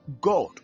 God